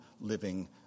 living